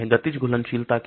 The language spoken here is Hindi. यह गतिज घुलनशीलता क्या है